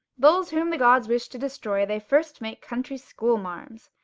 those whom the gods wish to destroy they first make country schoolmarms!